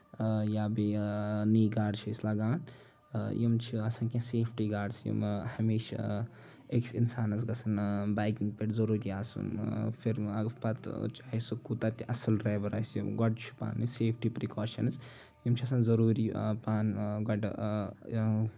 یا بیٚیہِ نی گاڈ چھِ أسۍ لگان یِم چھِ آسان کیٚنٛہہ سیفٹی گاڈٕس یِم ہمیشہٕ أکِس اِنسانَس گژھن بایکِنگ پٮ۪ٹھ ضروٗری آسُن پھر پَتہٕ چاہے سُہ کوٗتاہ تہِ اَصٕل ڈرایور آسہِ گۄڈٕ چھِ پَنٕنۍ سیفٹی پریکوشنز یِم چھِ آسان ضروٗری پانہٕ گۄڈٕ آ إں